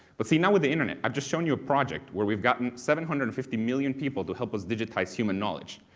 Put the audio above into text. but see now with the internet, i've just shown you a project where we've gotten seven hundred and fifty million people to help us digitize human knowledge.